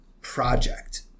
project